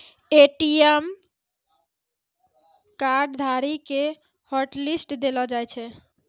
ATM card धारी के hotlist देलो जाय छै